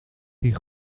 die